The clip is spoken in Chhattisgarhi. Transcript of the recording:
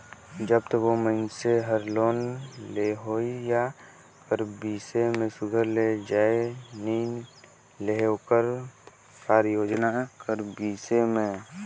जब तक ओ मइनसे हर लोन लेहोइया कर बिसे में सुग्घर ले जाएन नी लेहे ओकर कारयोजना कर बिसे में